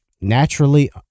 naturally